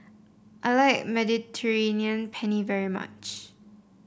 I like Mediterranean Penne very much